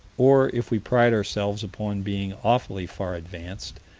or, if we pride ourselves upon being awfully far-advanced,